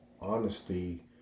honesty